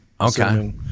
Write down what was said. Okay